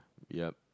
yup